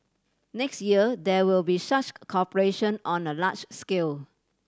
next year there will be such cooperation on a large scale